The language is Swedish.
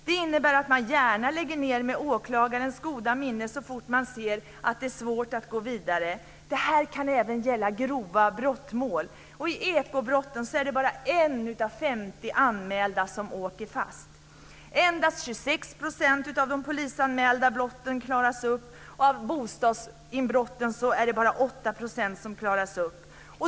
Det innebär att man gärna lägger ned med åklagarens goda minne så fort man ser att det är svårt att gå vidare. Det kan även gälla grova brottmål. I fråga om ekobrotten är det bara 1 av 50 anmälda som åker fast. Endast 26 % av de polisanmälda brotten klaras upp. Av bostadsinbrotten är det bara 8 % som klaras upp.